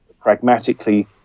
pragmatically